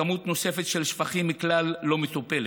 כמות נוספת של שפכים כלל לא מטופלת.